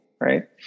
Right